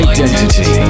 Identity